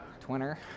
Twitter